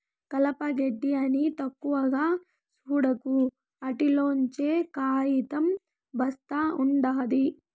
కలప, గెడ్డి అని తక్కువగా సూడకు, ఆటిల్లోంచే కాయితం ఒస్తా ఉండాది